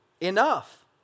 enough